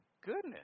goodness